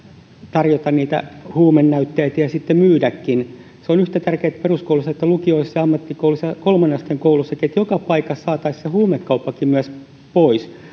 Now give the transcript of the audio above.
tarjota huumenäytteitä ja sitten myydäkin se on yhtä tärkeää että peruskouluissa lukioissa ja ammattikouluissa kolmannen asteen kouluissakin joka paikassa saataisiin se huumekauppakin pois